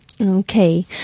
Okay